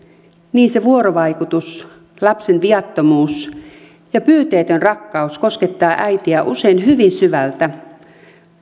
niin se vuorovaikutus lapsen viattomuus ja pyyteetön rakkaus koskettaa äitiä usein hyvin syvältä